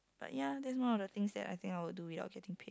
but ya that's one of the things that I can I will do without getting paid